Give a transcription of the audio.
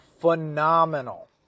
phenomenal